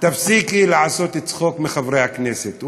תפסיקי לעשות צחוק מחברי הכנסת.